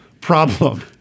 Problem